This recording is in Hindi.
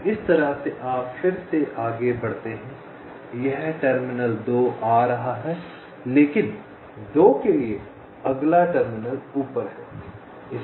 तो इस तरह से आप फिर से आगे बढ़ते हैं यह टर्मिनल 2 आ रहा है लेकिन 2 के लिए अगला टर्मिनल ऊपर है